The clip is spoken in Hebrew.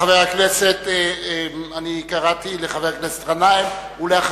חבר הכנסת גנאים, בבקשה.